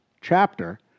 chapter